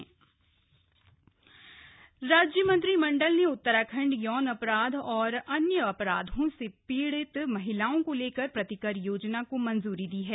cabinet फैसले राज्य मंत्रिमंडल ने उत्तराखंड यौन अपराध और अन्य अपराधों से पीड़ित महिलाओं को लेकर प्रतिकर योजना को मंजूरी दी है